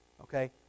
Okay